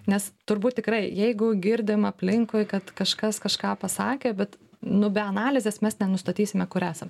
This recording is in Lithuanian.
nes turbūt tikrai jeigu girdim aplinkui kad kažkas kažką pasakė bet nu be analizės mes nenustatysim kur esam